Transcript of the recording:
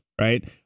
right